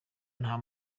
nta